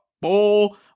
bowl